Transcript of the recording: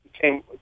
came